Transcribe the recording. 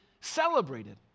celebrated